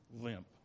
limp